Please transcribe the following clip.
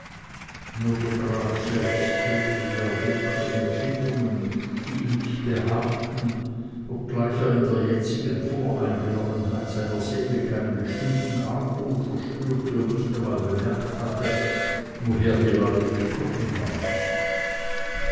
nur der graf selbst hegte gar dunkle empfindungen die ihm nicht behagten obgleich er in der jetzigen voreingenommenheit seiner seele keinen bestimmten argwohn verspürte und nicht einmal bemerkt hatte woher die leute gekommen waren